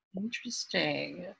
interesting